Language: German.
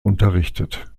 unterrichtet